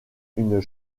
une